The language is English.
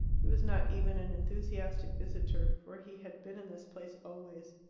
he was not even an enthusiastic visitor. for he had been in this place always.